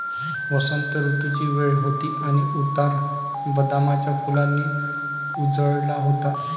वसंत ऋतूची वेळ होती आणि उतार बदामाच्या फुलांनी उजळला होता